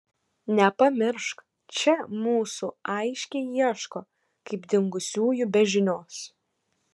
nepamiršk čia mūsų aiškiai ieško kaip dingusiųjų be žinios